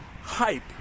hype